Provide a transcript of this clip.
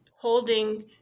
holding